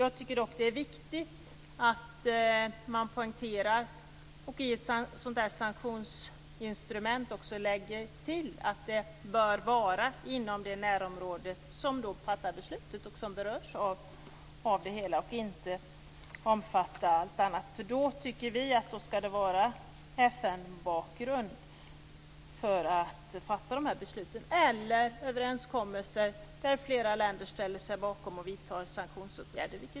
Jag tycker dock att det är viktigt att det läggs till att sanktionsinstrumentet bara bör tillämpas inom närområdet, inte i övrigt. Vi tycker att besluten då skall fattas med FN-bakgrund. Det är också möjligt att överenskommelse träffas mellan flera länder som ställer sig bakom sanktionsåtgärder.